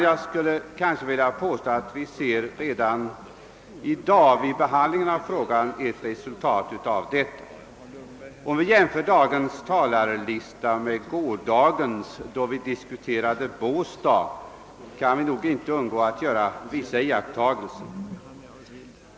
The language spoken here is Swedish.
Jag skulle vilja påstå att vi redan i dag, vid behandlingen av denna fråga, ser att mitt senaste påstående är riktigt. Om vi jämför dagens talarlista med den i går — då vi diskuterade båstadshändelserna — kan vi inte undgå att göra vissa iakttagelser.